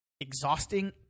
exhausting